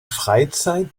freizeit